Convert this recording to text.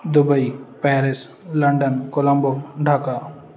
Dubai Paris London Colombo Dhaka